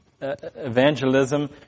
evangelism